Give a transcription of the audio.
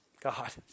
God